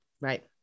right